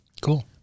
Cool